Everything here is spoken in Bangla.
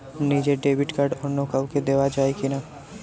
নিজের ডেবিট কার্ড অন্য কাউকে দেওয়া যায় কি না?